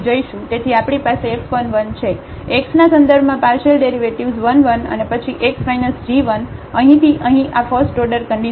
તેથી આપણી પાસે f 1 1 છે x ના સંદર્ભમાં પાર્શિયલડેરિવેટિવ્ઝ 1 1 અને પછી x જી 1 અહીંથી અહીં આ ફસ્ટઓર્ડર કન્ડિશન છે